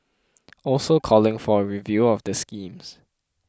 also calling for a review of the schemes